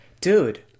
dude